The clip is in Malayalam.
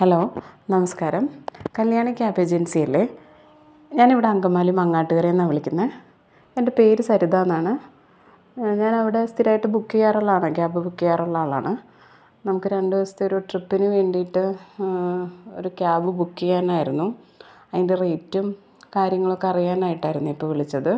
ഹലോ നമസ്കാരം കല്ല്യാണ ക്യാബ് ഏജൻസിയല്ലേ ഞാൻ ഇവിടെ അങ്കമാലി മങ്ങാട്ടുകര നിന്നാണ് വിളിക്കുന്നത് എൻ്റെ പേര് സരിത എന്നാണ് ഞാൻ അവിടെ സ്ഥിരമായിട്ട് ബുക്ക് ചെയ്യാറുള്ള ആളാണ് ക്യാബ് ബുക്ക് ചെയ്യാറുള്ള ആളാണ് നമ്മൾക്ക് രണ്ട് ദിവസത്തെ ഒരു ട്രിപ്പിന് വേണ്ടിയിട്ട് ഒരു ക്യാബ് ബുക്ക് ചെയ്യാനായിരുന്നു അതിൻ്റെ റേറ്റും കാര്യങ്ങളൊക്കെ അറിയാനായിട്ടായിന്നു ഇപ്പോൾ വിളിച്ചത്